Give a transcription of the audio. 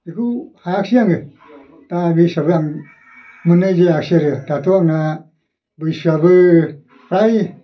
बेखौ हायाख्सै आङो दा बे हिसाबै आं मोननाय जायाख्सै आरो दाथ' आंना बैसोआबो फ्राइ